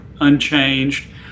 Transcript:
unchanged